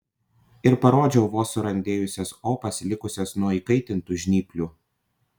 ir parodžiau vos surandėjusias opas likusias nuo įkaitintų žnyplių